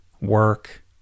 work